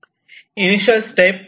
initial step म्हणजे step 0